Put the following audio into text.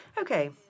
Okay